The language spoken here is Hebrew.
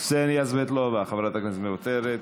קסניה סבטלובה, חברת הכנסת, מוותרת,